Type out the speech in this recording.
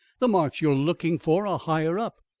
the marks you are looking for are higher up.